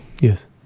Yes